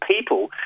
people